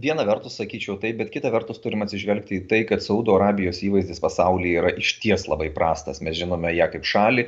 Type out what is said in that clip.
viena vertus sakyčiau taip bet kita vertus turim atsižvelgti į tai kad saudo arabijos įvaizdis pasaulyje yra išties labai prastas mes žinome ją kaip šalį